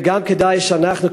וגם כדאי שאנחנו,